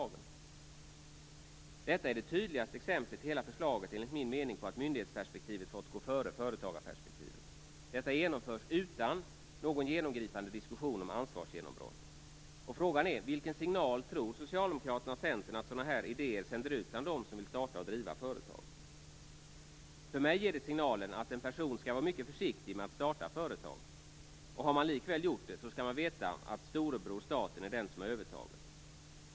Detta är, enligt min mening, det tydligaste exemplet i hela förslaget på att myndighetsperspektivet fått gå före företagsperspektivet. Detta genomförs utan någon genomgripande diskussion om ansvarsgenombrott. Frågan är: Vilken signal tror Socialdemokraterna och Centern att sådana här idéer sänder ut bland dem som vill starta och driva företag? För mig ger det signalen att en person skall vara mycket försiktig med att starta företag, och har man likväl gjort det så skall man veta att storebror staten är den som har övertaget.